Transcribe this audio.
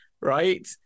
right